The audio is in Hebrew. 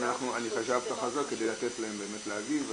אני רוצה לעבור כדי לתת להם באמת להגיב.